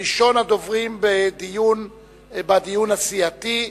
ראשון הדוברים בדיון הסיעתי.